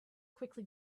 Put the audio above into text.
quickly